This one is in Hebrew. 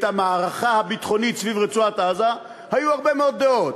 המערכה הביטחונית סביב רצועת-עזה היו הרבה מאוד דעות,